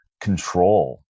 control